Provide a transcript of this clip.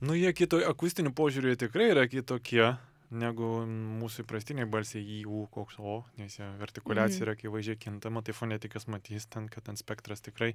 nu jie kito akustiniu požiūriu jie tikrai yra kitokie negu mūsų įprastiniai balsiai y ū koks o nes jie artikuliacija yra akivaizdžiai kintama tai fonetikas matys ten kad ten spektras tikrai